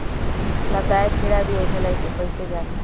लाभदायक कीड़ा भी होखेला इसे कईसे जानी?